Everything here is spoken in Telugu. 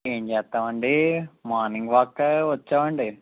ఏం చేస్తామండి మార్నింగ్ వాక్కి వచ్చామండి